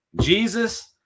jesus